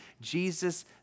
Jesus